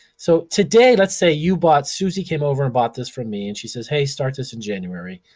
so, today, let's say you bought, susie came over and bought this from me and she says, hey, start this in january.